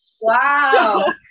wow